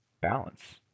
balance